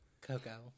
Coco